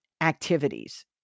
activities